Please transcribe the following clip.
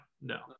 no